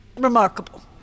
remarkable